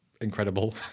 Incredible